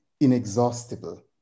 inexhaustible